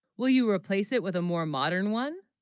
will you replace it with a more modern one